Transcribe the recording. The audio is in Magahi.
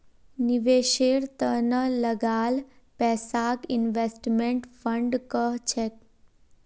निवेशेर त न लगाल पैसाक इन्वेस्टमेंट फण्ड कह छेक